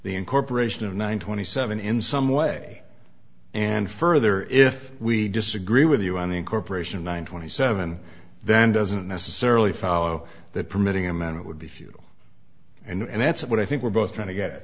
the incorporation of nine twenty seven in some way and further if we disagree with you on incorporation one twenty seven then doesn't necessarily follow that permitting amend it would be futile and that's what i think we're both trying to get